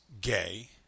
gay